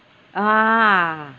ah